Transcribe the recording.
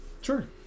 Sure